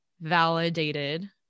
validated